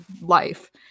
life